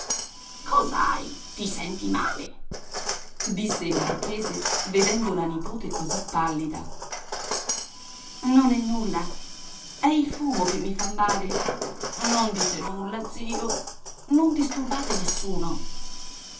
cos'hai ti senti male disse il marchese vedendo la nipote così pallida non è nulla è il fumo che mi fa male non dite nulla zio non disturbate nessuno